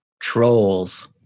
Trolls